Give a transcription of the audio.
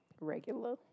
regular